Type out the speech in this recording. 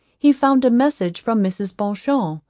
he found a message from mrs. beauchamp,